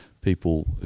people